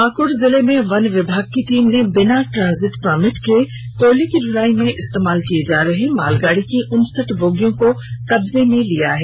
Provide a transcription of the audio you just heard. पाकड़ जिले में वन विभाग की टीम ने बिना ट्रांजिट परमिट के कोयले की दलाई में इस्तेमाल किए जा रहे मालगाड़ी की उनसठ बोगियों को कब्जे में कर लिया है